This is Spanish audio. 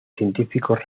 científicos